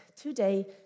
today